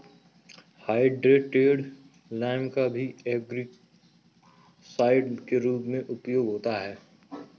hydrated lime का भी algicide के रूप में उपयोग होता है